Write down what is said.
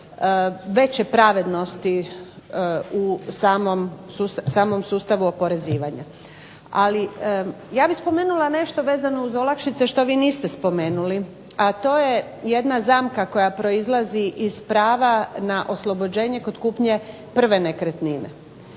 veće pravednosti u samom sustavu oporezivanja. Ali ja bih spomenula nešto vezano uz olakšice što vi niste spomenuli, a to je jedna zamka koja proizlazi iz prava na oslobođenje kod kupnje prve nekretnine.